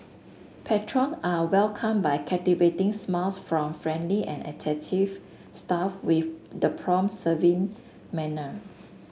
patron are welcomed by captivating smiles from friendly and attentive staff with the prompt serving manner